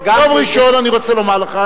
אני רוצה לומר לך,